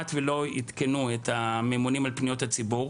כמעט ולא עדכנו את הממונים על פניות הציבור,